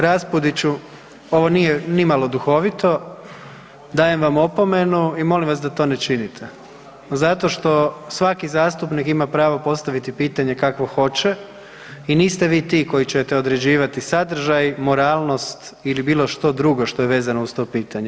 Kolega Raspudiću, ovo nije nimalo duhovito, dajem vam opomenu i molim vas da to ne činite, zato što svaki zastupnik ima pravo postaviti pitanje kakvo hoće i niste vi ti koji ćete određivati sadržaj, moralnost ili bilo što drugo što je vezano uz to pitanje.